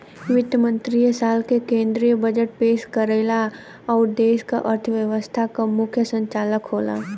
वित्त मंत्री साल क केंद्रीय बजट पेश करेला आउर देश क अर्थव्यवस्था क मुख्य संचालक होला